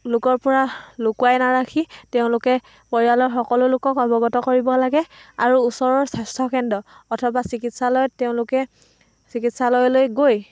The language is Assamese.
লোকৰ পৰা লুকুৱাই নাৰাখি তেওঁলোকে পৰিয়ালৰ সকলো লোকক অৱগত কৰিব লাগে আৰু ওচৰৰ স্বাস্থ্য কেন্দ্ৰ অথবা চিকিৎসালয়ত তেওঁলোকে চিকিৎসালয়লৈ গৈ